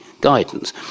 guidance